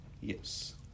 Yes